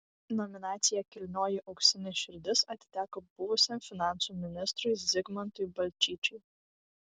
nominacija kilnioji auksinė širdis atiteko buvusiam finansų ministrui zigmantui balčyčiui